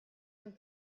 and